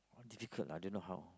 all difficult I don't know how